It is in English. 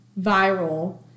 viral